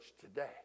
today